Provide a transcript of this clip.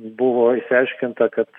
buvo išsiaiškinta kad